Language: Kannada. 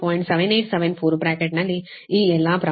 7874 ಬ್ರಾಕೆಟ್ನಲ್ಲಿ ಈ ಎಲ್ಲಾ ಪ್ರಮಾಣ